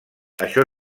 això